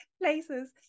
places